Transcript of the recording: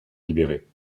libérés